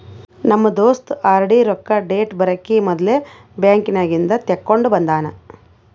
ನಮ್ ದೋಸ್ತ ಆರ್.ಡಿ ರೊಕ್ಕಾ ಡೇಟ್ ಬರಕಿ ಮೊದ್ಲೇ ಬ್ಯಾಂಕ್ ನಾಗಿಂದ್ ತೆಕ್ಕೊಂಡ್ ಬಂದಾನ